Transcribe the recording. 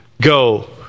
go